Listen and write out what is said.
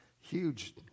huge